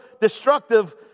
destructive